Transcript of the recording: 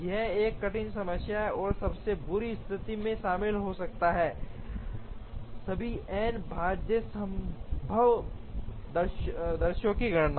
यह एक कठिन समस्या है और सबसे बुरी स्थिति में शामिल हो सकता है सभी n भाज्य संभव दृश्यों की गणना